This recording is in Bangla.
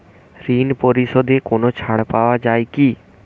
ঋণ পরিশধে কোনো ছাড় পাওয়া যায় কি?